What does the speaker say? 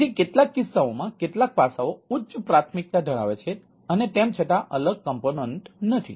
તેથી કેટલાક કિસ્સાઓમાં કેટલાક પાસાઓ ઉચ્ચ પ્રાથમિકતા ધરાવે છે અને તેમ છતાં આ અલગ ઘટકો નથી